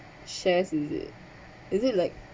shares is it is it like